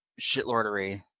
shitlordery